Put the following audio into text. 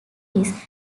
his